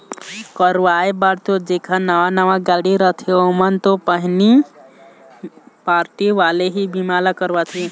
करवाय बर तो जेखर नवा नवा गाड़ी रथे ओमन तो पहिली पारटी वाले ही बीमा ल करवाथे